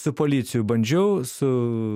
su policijų bandžiau su